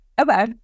Okay